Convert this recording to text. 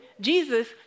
Jesus